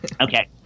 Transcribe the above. Okay